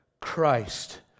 Christ